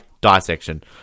dissection